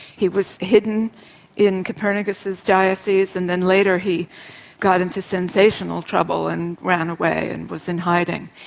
he was hidden in copernicus's diocese and then later he got into sensational trouble and ran away and was in hiding.